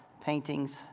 paintings